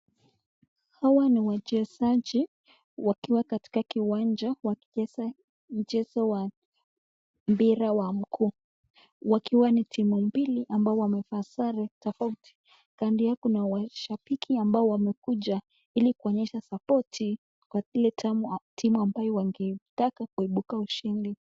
Hawa ni wachezaji wakiwa katika kiwanja, wakicheza mchezo wa mpira wa mguu. Wakiwa ni timu mbili ambao wamevaa sare tofauti. Kando yae kuna washabiki ambao wamekuja ili kuonyesha sapoti kwa zile timu ambaye wangetaka kuebuka ushindi.